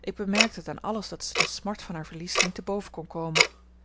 ik bemerkte het aan alles dat zij de smart van haar verlies niet te boven kon komen